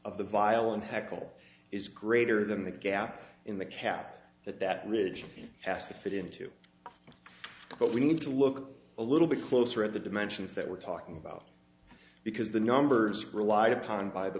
of the violent haeckel is greater than the gap in the cap that that religion has to fit into but we need to look a little bit closer at the dimensions that we're talking about because the numbers relied upon by the